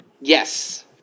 Yes